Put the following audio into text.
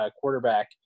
quarterback